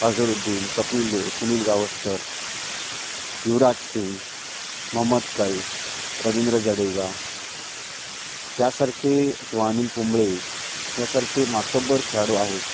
अजहरुद्दीन कपिल देव सुनील गावस्कर युवराज सिंग महम्मद कैफ रवींद्र जडेजा यासारखे किंवा अनिल कुंबळे यासारखे मातब्बर खेळाडू आहेत